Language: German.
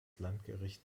landgericht